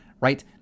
right